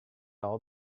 all